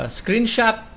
screenshot